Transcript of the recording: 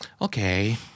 Okay